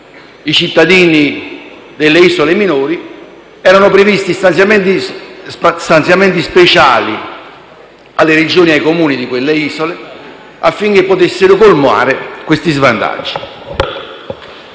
cittadini delle isole minori, fossero previsti stanziamenti speciali alle Regioni e ai Comuni di quelle isole affinché potessero colmare detti svantaggi.